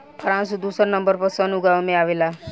France दुसर number पर सन उगावे में आवेला